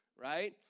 right